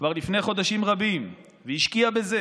כבר לפני חודשים רבים והשקיע בזה.